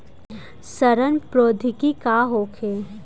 सड़न प्रधौगिकी का होखे?